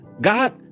God